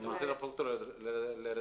אתה רוצה שהחוק יחול באופן רטרואקטיבי?